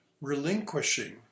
relinquishing